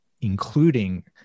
including